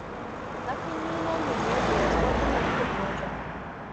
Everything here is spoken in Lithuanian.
kita kaimynė nubėgo ieškoti naktipuodžio